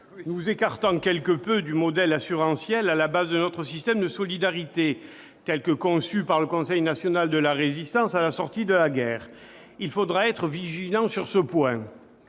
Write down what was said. nous écartent quelque peu du modèle assurantiel à la base de notre système de solidarité, tel que conçu par le Conseil national de la Résistance à la sortie de la guerre. Il nous faudra être vigilants sur ce point.